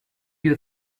you